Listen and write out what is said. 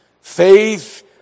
Faith